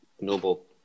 Noble